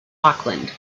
auckland